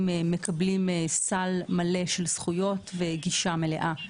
מקבלים סל מלא של זכויות וגישה מלאה.